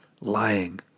lying